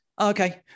okay